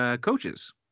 coaches